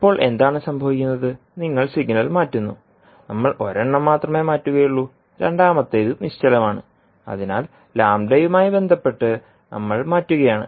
ഇപ്പോൾ എന്താണ് സംഭവിക്കുന്നത് നിങ്ങൾ സിഗ്നൽ മാറ്റുന്നു നമ്മൾ ഒരെണ്ണം മാത്രമേ മാറ്റുകയുള്ളൂ രണ്ടാമത്തേത് നിശ്ചലമാണ് അതിനാൽ ലാംബ്ഡയുമായി ബന്ധപ്പെട്ട് നമ്മൾ മാറ്റുകയാണ്